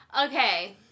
Okay